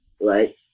right